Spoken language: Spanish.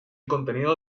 contenido